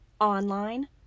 online